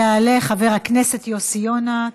יעלה חבר הכנסת יוסי יונה.